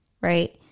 right